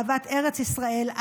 אהבת ארץ ישראל,